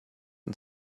and